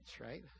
right